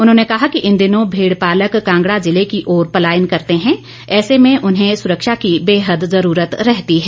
उन्होंने कहा कि इन दिनों भेड़ पालक कांगड़ा जिले की ओर पलायन करते हैं ऐसे में उन्हें सुरक्षा की बेहद जरूरत रहती है